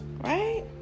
right